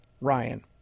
Ryan